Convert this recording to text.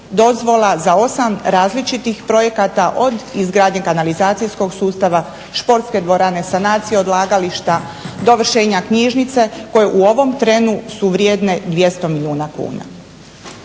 dozvola za 8 različitih projekata od izgradnje kanalizacijskog sustava, športske dvorane, sanacije odlagališta, dovršenja knjižnice koje su u ovom trenutku vrijedne 200 milijuna kuna?